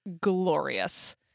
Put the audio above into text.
glorious